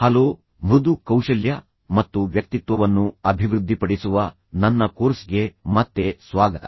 hello ಮೃದು ಕೌಶಲ್ಯ ಮತ್ತು ವ್ಯಕ್ತಿತ್ವವನ್ನು ಅಭಿವೃದ್ಧಿಪಡಿಸುವ ನನ್ನ ಕೋರ್ಸ್ಗೆ ಮತ್ತೆ ಸ್ವಾಗತ